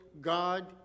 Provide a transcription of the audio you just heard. God